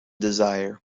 desire